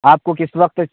آپ کو کس وقت